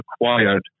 required